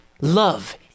Love